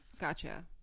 gotcha